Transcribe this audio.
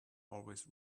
always